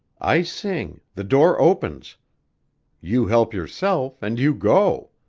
i sing the door opens you help yourself, and you go.